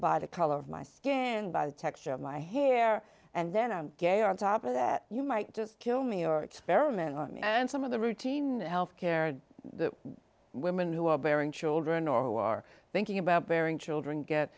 by the color of my skin by the texture of my hair and then i'm gay on top of that you might just kill me or experiment and some of the routine health care the women who are bearing children or who are thinking about bearing children get